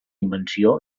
invenció